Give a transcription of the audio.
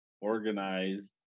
organized